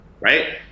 right